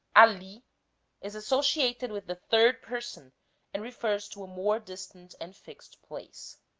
ali is associated with the third person and refers to a more distant and fixed place.